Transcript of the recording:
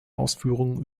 ausführungen